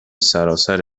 سراسر